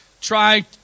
try